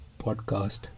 podcast